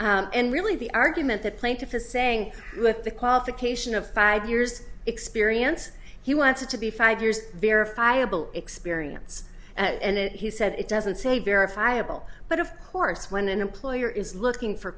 and really the argument that plaintiff is saying with the qualification of five years experience he wanted to be five years verifiable experience and he said it doesn't say verifiable but of course when an employer is looking for